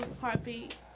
Heartbeat